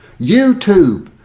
YouTube